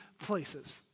places